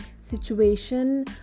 situation